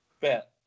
bet